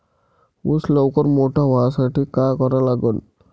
ऊस लवकर मोठा व्हासाठी का करा लागन?